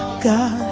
god